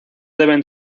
deben